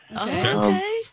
Okay